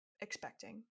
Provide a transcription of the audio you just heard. expecting